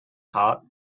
heart